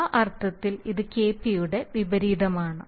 ആ അർത്ഥത്തിൽ ഇത് Kp യുടെ വിപരീതമാണ്